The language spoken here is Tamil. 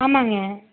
ஆமாங்க